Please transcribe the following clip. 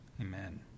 Amen